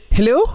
Hello